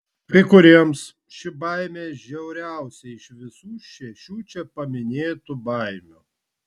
kai kuriems ši baimė žiauriausia iš visų šešių čia paminėtų baimių